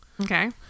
Okay